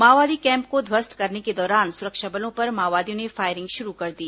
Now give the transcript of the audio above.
माओवादी कैम्प को ध्वस्त करने के दौरान सुरक्षा बलों पर माओवादियों ने फायरिंग शुरू कर दी